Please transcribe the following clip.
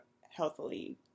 healthily